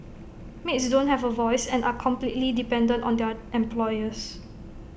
maids don't have A voice and are completely dependent on their employers